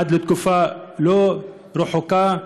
עד לתקופה לא רחוקה,